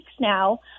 now